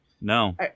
No